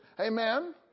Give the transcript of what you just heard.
Amen